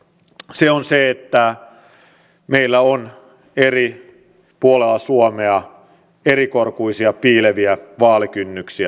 se on se että meillä on eri puolilla suomea erikorkuisia piileviä vaalikynnyksiä